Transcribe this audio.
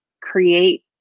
create